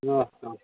अँ अँ